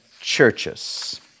churches